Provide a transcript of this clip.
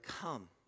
come